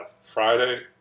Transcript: Friday